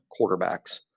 quarterbacks